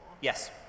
Yes